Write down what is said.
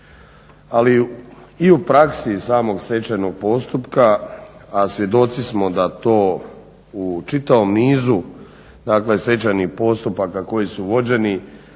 Ali i u praksi samog stečajnog postupka, a svjedoci smo da to u čitavom nizu dakle stečajnih postupaka koji su vođeni